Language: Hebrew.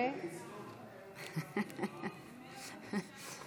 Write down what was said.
רגע היסטורי.